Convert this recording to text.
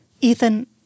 Ethan